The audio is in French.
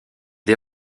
des